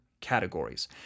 categories